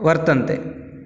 वर्तन्ते